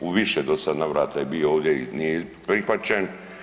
U više do sada navrata je bio ovdje i nije prihvaćen.